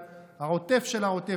העוטף של העוטף,